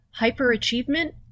hyperachievement